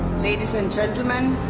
ladies and gentlemen,